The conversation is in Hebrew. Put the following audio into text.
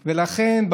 ולכן,